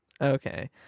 Okay